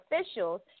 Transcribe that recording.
Officials